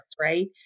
right